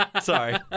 Sorry